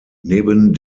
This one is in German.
neben